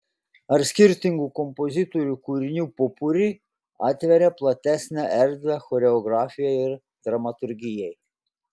ar skirtingų kompozitorių kūrinių popuri atveria platesnę erdvę choreografijai ir dramaturgijai